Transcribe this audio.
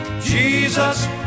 jesus